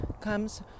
comes